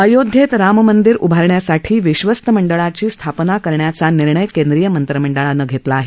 अयोध्येत राममंदिर उभारण्यासाठी विश्वस्त मंडळाची स्थापना करण्याचा निर्णय केंद्रीय मंत्रिमंडळानं घेतला आहे